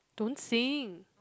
don't sing